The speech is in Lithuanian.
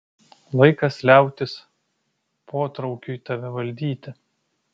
laikas liautis potraukiui tave valdyti